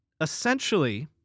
Essentially